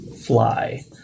fly